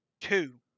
Two